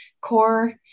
core